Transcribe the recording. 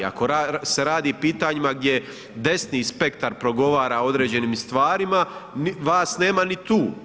Ako se radi o pitanjima gdje desni spektar progovara o određenim stvarima, vas nema ni tu.